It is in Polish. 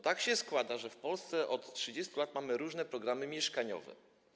Tak się składa, że w Polsce od 30 lat mamy różne programy mieszkaniowe.